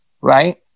right